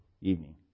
evening